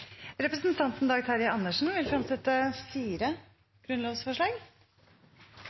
Representanten Dag Terje Andersen vil fremsette fire grunnlovsforslag.